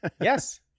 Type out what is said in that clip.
Yes